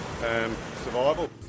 survival